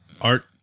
art